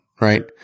Right